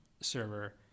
server